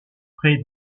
près